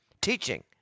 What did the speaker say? teaching